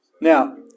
Now